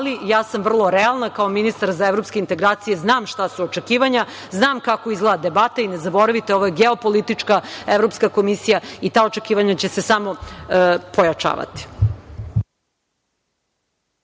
ali sam vrlo realna, kao ministar za evropske integracije znam šta su očekivanja, znam kako izgleda debata i ne zaboravite ovo je geopolitička Evropska komisija i ta očekivanja će se samo pojačavati.